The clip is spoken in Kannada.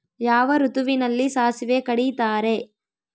ಯಾವ ಋತುವಿನಲ್ಲಿ ಸಾಸಿವೆ ಕಡಿತಾರೆ?